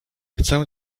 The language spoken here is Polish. chcę